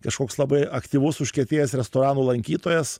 kažkoks labai aktyvus užkietėjęs restoranų lankytojas